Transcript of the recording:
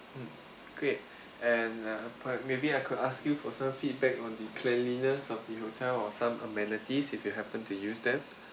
mm great and uh maybe I could ask you for some feedback on the cleanliness of the hotel or some amenities if you happen to use them